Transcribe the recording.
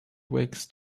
wakes